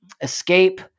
escape